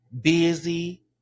busy